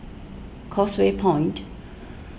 Causeway Point